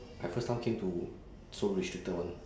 I first time came to so restricted one